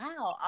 wow